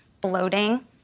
bloating